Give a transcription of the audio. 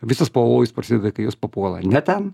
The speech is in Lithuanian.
visas pavojus prasideda kai jos papuola ne ten